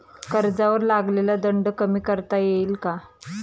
कर्जावर लागलेला दंड कमी करता येईल का?